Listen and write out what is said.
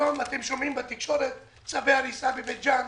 היום אתם שומעים בתקשורת: צווי הריסה בבית ג'ן,